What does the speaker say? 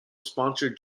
sponsor